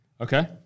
Okay